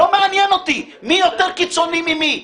לא מעניין אותי מי יותר קיצוני ממי.